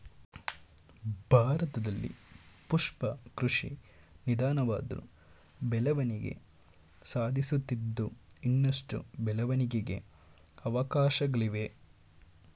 ಭಾರತದಲ್ಲಿ ಪುಷ್ಪ ಕೃಷಿ ನಿಧಾನವಾದ್ರು ಬೆಳವಣಿಗೆ ಸಾಧಿಸುತ್ತಿದ್ದು ಇನ್ನಷ್ಟು ಬೆಳವಣಿಗೆಗೆ ಅವಕಾಶ್ಗಳಿವೆ